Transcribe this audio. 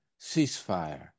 ceasefire